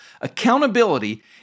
Accountability